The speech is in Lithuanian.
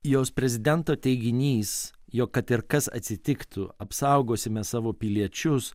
jos prezidento teiginys jog kad ir kas atsitiktų apsaugosime savo piliečius